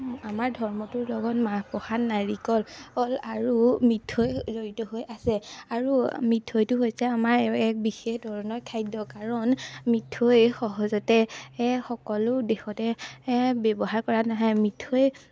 আমাৰ ধৰ্মটোৰ লগত মাহ প্ৰসাদ নাৰিকল অল আৰু মিঠৈ জড়িত হৈ আছে আৰু মিঠৈটো হৈছে আমাৰ এ এক বিশেষ ধৰণৰ খাদ্য কাৰণ মিঠৈ সহজতে সকলো দেশতে ব্যৱহাৰ কৰা নাহে মিঠৈ